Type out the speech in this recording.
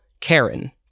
Karen